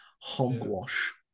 hogwash